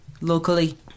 locally